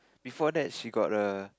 before that she got a